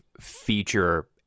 feature